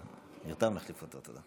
עמיתיי חברי הכנסת,